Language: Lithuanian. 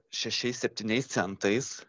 šešiais septyniais centais